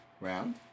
round